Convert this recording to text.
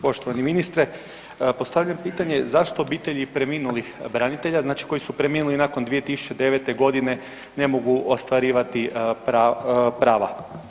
Poštovani ministre, postavljam pitanje zašto obitelji preminulih branitelja, znači koji su preminuli nakon 2009. godine ne mogu ostvarivati prava?